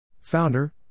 Founder